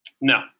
no